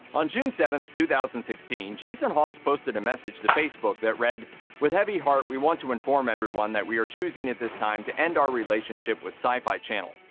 on june seventh, two thousand and sixteen, jason hawes posted a message to facebook that read with heavy heart we want to inform everyone that we are choosing at this time to end our relationship with syfy channel.